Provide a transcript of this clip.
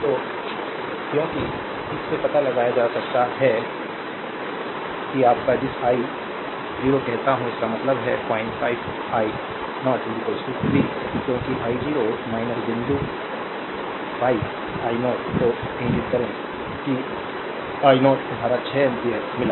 तो क्योंकि इससे पता लगाया जा सकता है कि आपका जिसे आई 0 कहता हूं इसका मतलब है 05 i 0 3 क्योंकि i 0 बिंदु 5 i 0 तो इंगित करें कि i 0 your 6 एम्पीयर मिला